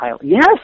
Yes